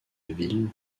ville